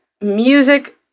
music